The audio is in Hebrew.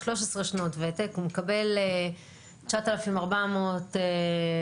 13 שנות ותק והוא מקבל 9,400 שקלים,